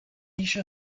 医师